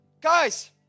Guys